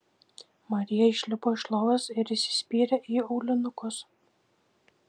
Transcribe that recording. marija išlipo iš lovos ir įsispyrė į aulinukus